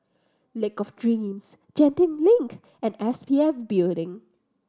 Lake of Dreams Genting Link and S P F Building